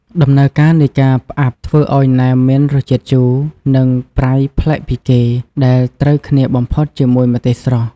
ដំណើរការនៃការផ្អាប់ធ្វើឱ្យណែមមានរសជាតិជូរ និងប្រៃប្លែកពីគេ ដែលត្រូវគ្នាបំផុតជាមួយម្ទេសស្រស់។